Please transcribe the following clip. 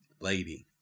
Lady